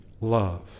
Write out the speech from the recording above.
love